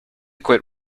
quit